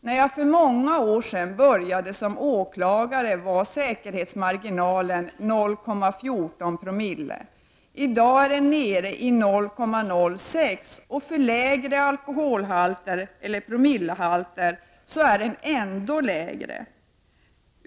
När jag för många år sedan började som åklagare var säkerhetsmarginalen 0,14Z£o. I dag är den nere i 0,06, och för lägre promillehalter är den ännu lägre.